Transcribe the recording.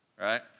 Right